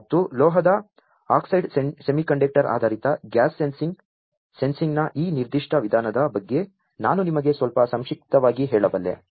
ಮತ್ತು ಲೋಹದ oxide semiconductor ಆಧಾರಿತ ಗ್ಯಾಸ್ ಸೆನ್ಸಿಂಗ್ನ ಈ ನಿರ್ದಿಷ್ಟ ವಿಧಾನದ ಬಗ್ಗೆ ನಾನು ನಿಮಗೆ ಸ್ವಲ್ಪ ಸಂಕ್ಷಿಪ್ತವಾಗಿ ಹೇಳಬಲ್ಲೆ